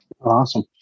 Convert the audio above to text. Awesome